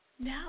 Now